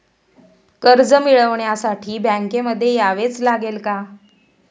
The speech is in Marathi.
कर्ज मिळवण्यासाठी बँकेमध्ये यावेच लागेल का?